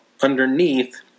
underneath